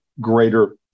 greater